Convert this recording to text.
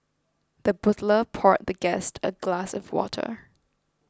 the butler poured the guest a glass of water